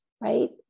right